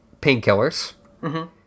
painkillers